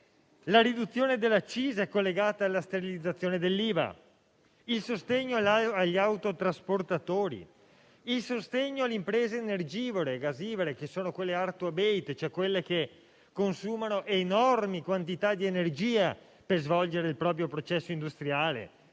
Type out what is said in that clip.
alla riduzione delle accise, collegata alla sterilizzazione dell'IVA, al sostegno agli autotrasportatori, alle imprese energivore e gazivore cosiddette *hard to abate,* quelle cioè che consumano enormi quantità di energia per svolgere il proprio processo industriale